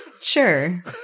Sure